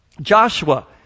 Joshua